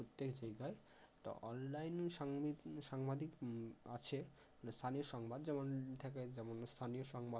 প্রত্যেক জায়গায় একটা অনলাইন সাংবাদিক আছে স্থানীয় সংবাদ যেমন থাকে যেমন স্থানীয় সংবাদ